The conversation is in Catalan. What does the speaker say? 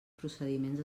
procediments